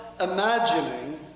imagining